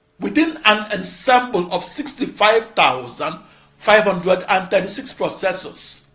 within an ensemble of sixty five thousand five hundred and thirty six processors